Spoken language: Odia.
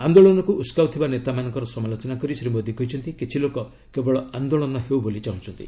ଆନ୍ଦୋଳନକୁ ଉସକାଉଥିବା ନେତାମାନଙ୍କର ସମାଲୋଚନା କରି ଶ୍ରୀ ମୋଦୀ କହିଛନ୍ତି କିଛି ଲୋକ କେବଳ ଆନ୍ଦୋଳନ ହେଉ ବୋଲି ଚାହୁଁଛନ୍ତି